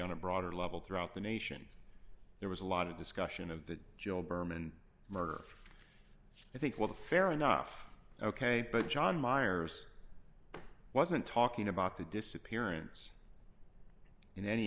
on a broader level throughout the nation there was a lot of discussion of that jill berman murder i think with a fair enough ok but john myers wasn't talking about the disappearance in any